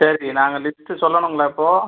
சரி நாங்கள் லிஸ்ட் சொல்லணுங்களா இப்போ